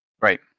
Right